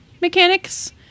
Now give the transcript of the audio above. mechanics